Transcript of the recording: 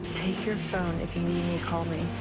your phone. if you need me, call me.